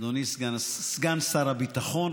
אדוני סגן שר הביטחון,